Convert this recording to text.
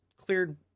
cleared